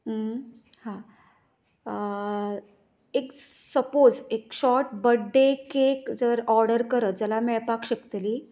हां एक सपोज एक शोर्ट बड्डे कॅक जर ऑर्डर करत जाल्यार मेळपाक शकतली